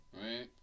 Right